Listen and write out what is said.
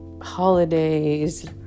Holidays